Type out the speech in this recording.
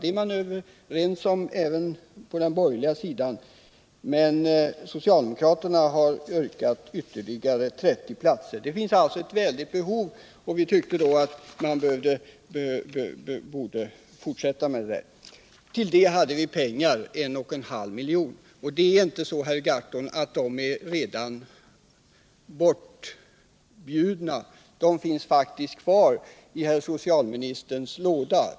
Detta platsantal har man varit överens om på den borgerliga sidan, men socialdemokraterna har yrkat på ytterligare 30 platser. Det finns ju ett mycket stort behov, och då tyckte vi att man bör fortsätta att bygga ut platsantalet. Till detta hade vi pengar, nämligen 1,5 miljoner. Det är inte så, Per Gahrton, att dessa pengar redan är förbrukade. De finns faktiskt kvar i herr socialministerns låda.